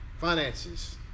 finances